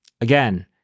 Again